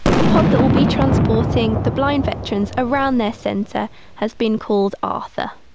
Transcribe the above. the pod that will be transporting the blind veterans around their centre has been called arthur,